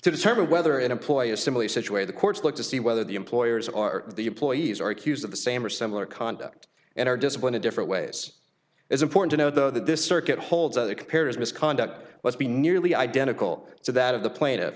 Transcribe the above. that determine whether an employee is similarly situated the courts look to see whether the employers are the employees or accused of the same or similar conduct and are disciplined in different ways it's important to know that this circuit holds other compares misconduct let's be nearly identical to that of the pla